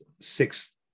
six